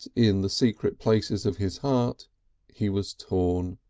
in the secret places of his heart he was torn.